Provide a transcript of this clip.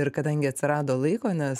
ir kadangi atsirado laiko nes